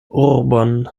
urbon